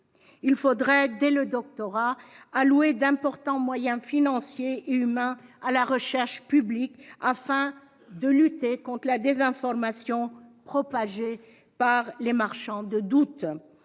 Il faudrait, dès le doctorat, allouer d'importants moyens financiers et humains à la recherche publique, afin de lutter contre la désinformation propagée par les « marchands de doute